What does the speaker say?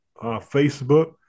Facebook